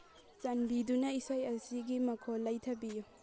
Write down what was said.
ꯆꯥꯟꯕꯤꯗꯨꯅ ꯏꯁꯩ ꯑꯁꯤꯒꯤ ꯃꯈꯣꯜ ꯂꯩꯊꯕꯤꯌꯨ